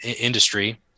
industry